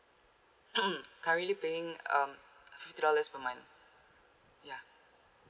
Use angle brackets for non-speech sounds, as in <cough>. <coughs> currently paying um fifty dollars per month ya